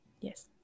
Yes